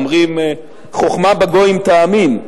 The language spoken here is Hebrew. אומרים: חוכמה בגויים תאמין.